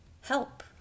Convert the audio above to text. help